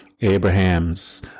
Abraham's